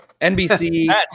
nbc